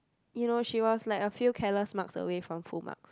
you know she was like a few careless marks away from full marks